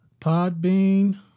Podbean